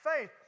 faith